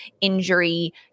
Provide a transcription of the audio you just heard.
injury